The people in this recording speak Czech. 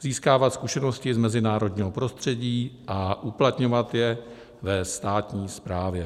získávat zkušenosti z mezinárodního prostředí a uplatňovat je ve státní správě.